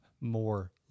more